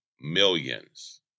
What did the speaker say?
millions